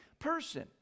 person